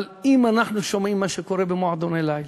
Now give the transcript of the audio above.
אבל אם אנחנו שומעים מה שקורה במועדוני לילה,